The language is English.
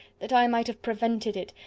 that i might have prevented it!